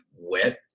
wet